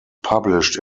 published